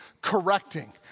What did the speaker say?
correcting